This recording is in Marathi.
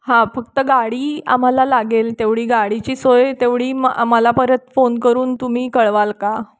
हां फक्त गाडी आम्हाला लागेल तेवढी गाडीची सोय तेवढी म आम्हाला परत फोन करून तुम्ही कळवाल का